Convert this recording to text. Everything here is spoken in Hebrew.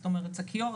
זאת אומרת שקיות,